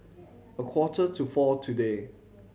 a quarters to four today